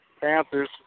Panthers